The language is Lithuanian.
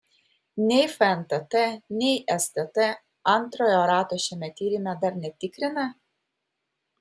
nei fntt nei stt antrojo rato šiame tyrime dar netikrina